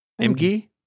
MG